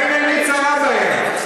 אין עיני צרה בהם,